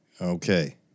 Okay